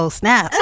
snap